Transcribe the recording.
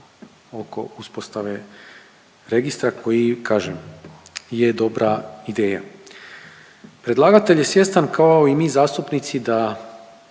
oko uspostave registra koji, kažem, je dobra ideja. Predlagatelj je svjestan, kao i mi zastupnici da